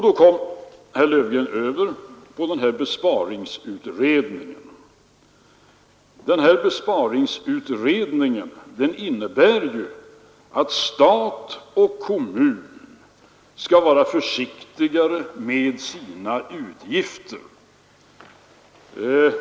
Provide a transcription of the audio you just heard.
Då kom herr Löfgren in på besparingsutredningen, som syftade till att stat och kommun skall vara försiktigare med sina utgifter.